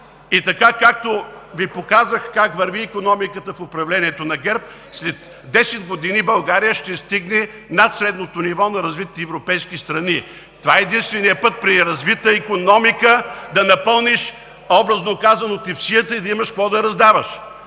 и така, както Ви показах как върви икономиката в управлението на ГЕРБ, след 10 години България ще стигне над средното ниво на развитите европейски страни. Това е единственият път при развита икономика да напълниш, образно казано, тепсията и да имаш какво да раздаваш,